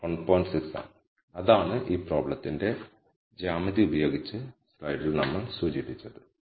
6 ആണ് അതാണ് ഈ പ്രോബ്ളത്തിന്റെ ജ്യാമിതി ഉപയോഗിച്ച് സ്ലൈഡിൽ നമ്മൾ സൂചിപ്പിച്ചത്